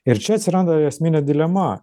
ir čia atsiranda esminė dilema